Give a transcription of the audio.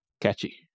Catchy